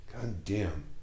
goddamn